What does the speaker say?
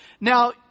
Now